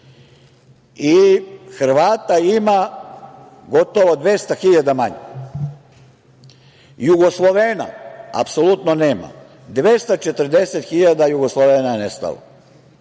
i Hrvata ima gotovo 200.000 manje. Jugoslovena apsolutno nema, 240.000 Jugoslovena je nestalo. Dakle,